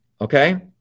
okay